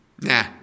nah